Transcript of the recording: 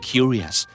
Curious